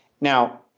Now